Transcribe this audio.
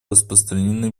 распространены